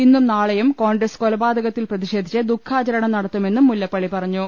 ഇന്നും നാളെയും കോൺഗ്രസ് കൊലപാതകത്തിൽ പ്രതിഷേധിച്ച് ദുഃഖാചരണം നടത്തുമെന്നും മുല്ലപ്പള്ളി പറഞ്ഞു